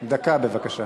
דקה בבקשה.